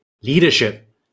Leadership